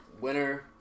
Winner